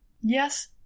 Yes